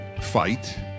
fight